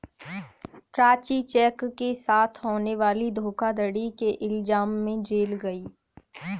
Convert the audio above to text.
Prachi cheque के साथ होने वाली धोखाधड़ी के इल्जाम में जेल गई